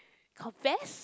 confess